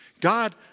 God